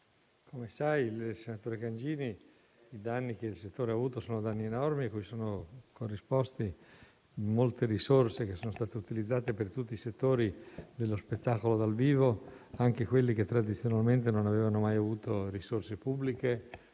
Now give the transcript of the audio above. come il senatore Cangini sa, i danni che il settore ha avuto sono enormi e ad essi sono corrisposte molto risorse, che sono state utilizzate per tutti i settori dello spettacolo dal vivo, anche quelli che tradizionalmente non avevano mai avuto risorse pubbliche